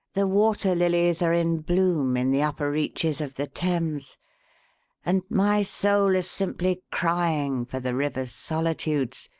the water lilies are in bloom in the upper reaches of the thames and my soul is simply crying for the river's solitudes,